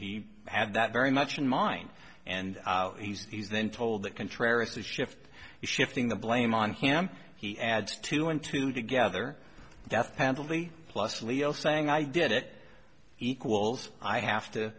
he had that very much in mind and he's then told that contrary to shift shifting the blame on him he adds two and two together death penalty plus leo saying i did it equals i have